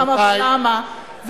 כמה ולמה,